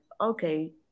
okay